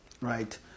right